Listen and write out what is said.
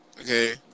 Okay